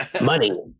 money